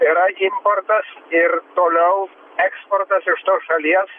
yra importas ir toliau eksportas iš tos šalies